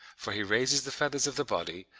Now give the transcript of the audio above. for he raises the feathers of the body,